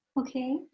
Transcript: Okay